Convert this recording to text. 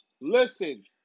Listen